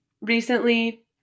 Recently